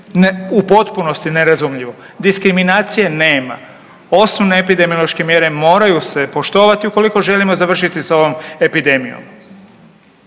u potpunosti nerazumljivo. Diskriminacije nema, osnovne epidemiološke mjere moraju se poštovati ukoliko želimo završiti s ovom epidemijom